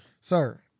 Sir